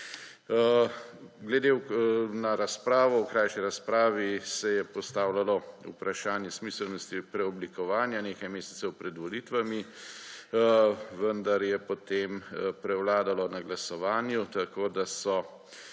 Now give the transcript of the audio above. Glede na razpravo v krajši razpravi se je postavljalo vprašanje smiselnosti preoblikovanja nekaj mesecev pred volitvami, vendar je potem prevladalo na glasovanju, tako da so